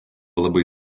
labai